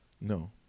No